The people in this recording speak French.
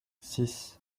six